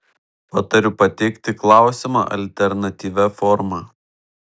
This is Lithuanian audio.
patariu pateikti klausimą alternatyvia forma